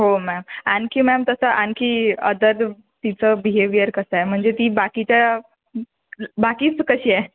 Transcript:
हो मॅम आणखी मॅम तसं आणखी आता तर तिचं बिहेवियर कसं आहे म्हणजे ती बाकीच्या बाकी ती कशी आहे